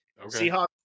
Seahawks